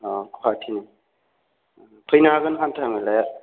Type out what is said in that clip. अ गुवाहाटिनि फैनो हागोन हान्थामेलाया